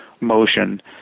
motion